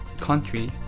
country